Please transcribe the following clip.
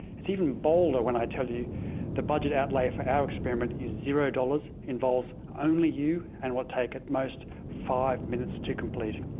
it's even bolder when i tell you the budget outlay for our experiment is zero dollars, involves only you, and will take at most five minutes to complete.